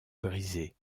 brisée